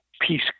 peace